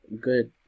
good